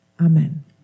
Amen